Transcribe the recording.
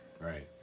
Right